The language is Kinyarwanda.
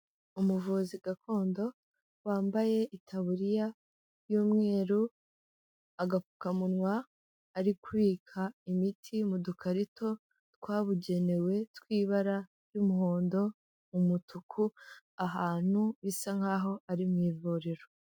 Umuvuzi gakondo wambaye itaburiya y'umweru, agapfukamunwa, ari kubika imiti mu dukarito twabugenewe tw'ibara ry'umuhondo, umutuku, ahantu bisa nkaho ari mu ivuriro.